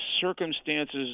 circumstances